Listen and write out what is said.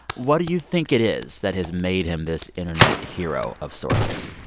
what do you think it is that has made him this internet hero of sorts?